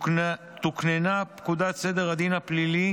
תוקננה פקודת סדר הדין הפלילי